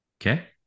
Okay